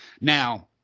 now